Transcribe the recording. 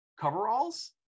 coveralls